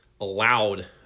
allowed